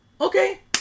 Okay